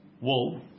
wool